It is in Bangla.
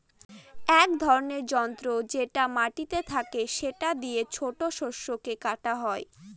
এক ধরনের যন্ত্র যেটা মাটিতে থাকে সেটা দিয়ে ছোট শস্যকে কাটা হয়